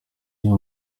iyo